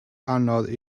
anodd